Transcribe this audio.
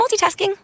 multitasking